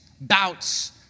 bouts